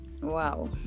wow